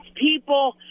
people